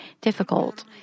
difficult